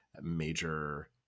major